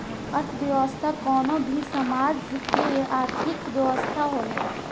अर्थव्यवस्था कवनो भी समाज के आर्थिक व्यवस्था होला